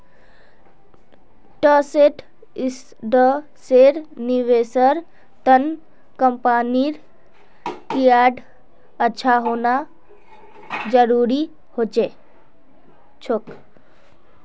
trust फंड्सेर निवेशेर त न कंपनीर रिकॉर्ड अच्छा होना जरूरी छोक